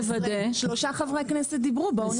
שלושה חברי כנסת דיברו, בואו נתקדם.